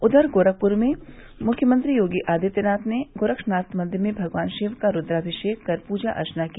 उधर गोरखपुर में मुख्यमंत्री योगी आदित्यनाथ ने गोरक्षनाथ मन्दिर में भगवान शिव का रूद्राभिषेक कर पूजा अर्चना की